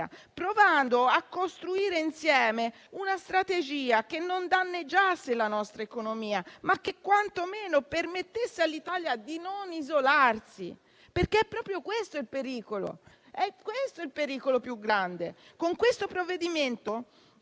provando a costruire insieme una strategia che non danneggiasse la nostra economia, ma che quanto meno permettesse all'Italia di non isolarsi. Proprio questo, infatti, è il pericolo più grande: con questo provvedimento